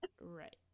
Right